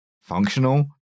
functional